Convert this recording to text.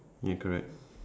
ya correct